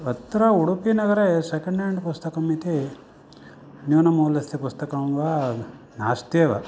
अत्र उडुपि नगरे second hand पुस्तकमिति न्यूलमौल्यपुस्तकं वा नास्ति एव